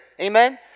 amen